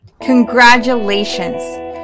Congratulations